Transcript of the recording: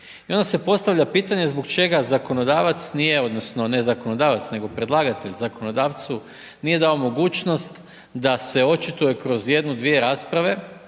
I onda se postavlja pitanja, zbog čega zakonodavac nije, odnosno, ne zakonodavac, nego predlagatelj zakonodavcu, nije dao mogućnost da se očituje kroz jednu, dvije rasprave,